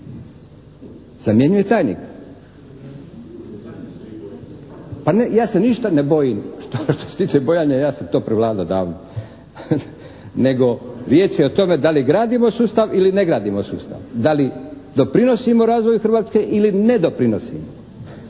čuje./… Pa ne, ja se ništa ne bojim. Što se tiče bojanja, ja sam to prevladao davno. Nego riječ je o tome da li gradimo sustav ili ne gradimo sustav, da li doprinosimo razvoju Hrvatske ili ne doprinosimo.